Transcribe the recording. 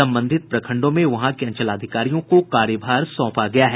संबंधित प्रखंडों में वहां के अंचलाधिकारियों को कार्यभार सौंपा गया है